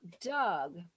Doug